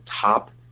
top